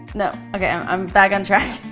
no, okay, i'm back on track.